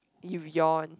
you yawn